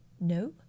No